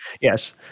Yes